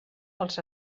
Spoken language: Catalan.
els